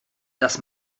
das